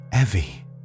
Evie